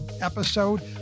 episode